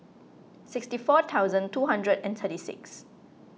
sixty four thousand two hundred and thirty six